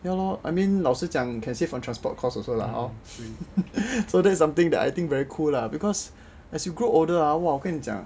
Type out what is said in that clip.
ya lor I mean 老实讲 can save on transport costs also lah hor so that is something that I think very cool lah because as you grow older ah !wah! 我跟你讲